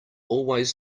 always